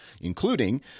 including